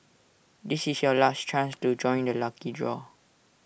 this is your last chance to join the lucky draw